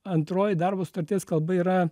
antroji darbo sutarties kalba yra